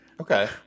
Okay